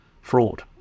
fraud